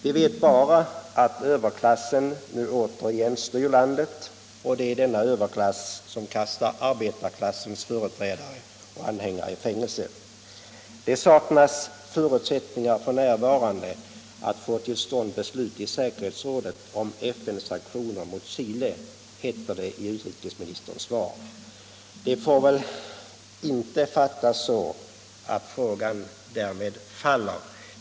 Vi vet bara att överklassen nu återigen styr landet, och det är denna överklass som kastar arbetarklassens företrädare och anhängare i fängelse. Det saknas förutsättningar f. n. att få till stånd beslut i säkerhetsrådet om FN-sanktioner mot Chile, heter det i utrikesministerns svar. Det får inte fattas så att frågan därmed faller.